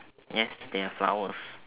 yes there are flowers